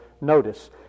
Notice